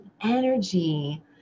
energy